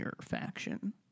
faction